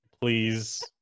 Please